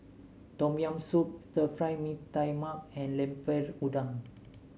Tom Yam Soup Stir Fry Mee Tai Mak and Lemper Udang